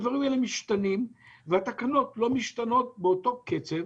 הדברים האלה משתנים והתקנות לא משתנות באותו קצב